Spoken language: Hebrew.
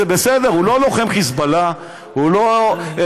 זה בסדר, הוא לא לוחם חיזבאללה, הוא לא נסראללה.